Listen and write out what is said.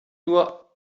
nur